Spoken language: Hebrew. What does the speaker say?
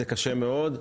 זה קשה מאוד.